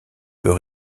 peut